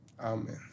Amen